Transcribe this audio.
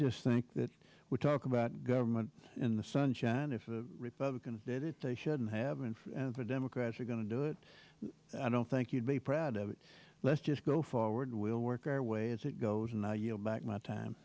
just think that we talk about government in the sunshine and if the republicans did it they shouldn't have and the democrats are going to do it i don't think you'd be proud of it let's just go forward we'll work our way as it goes and i yield back my time